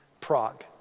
Prague